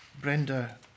Brenda